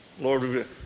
Lord